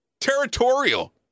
Territorial